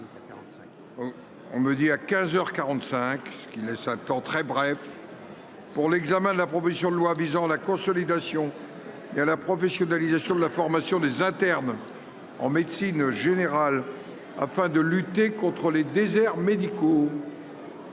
On me dit à 15 heures 45, ce qui laisse un temps très bref, pour l'examen de la proposition de loi visant la consolidation et à la professionnalisation de la formation des internes en médecine générale afin de lutter contre les déserts médicaux.